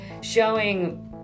showing